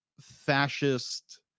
fascist